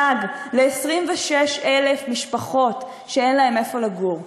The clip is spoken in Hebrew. גג ל-26,000 משפחות שאין להן איפה לגור?